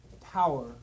power